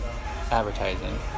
advertising